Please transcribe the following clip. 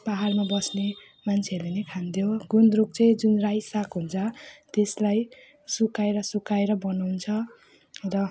पाहाडमा बस्ने मान्छेहरूले नै खान्थ्यो गुन्द्रुक चाहिँ जुन रायो साग हुन्छ त्यसलाई सुकाएर सुकाएर बनाउँछ र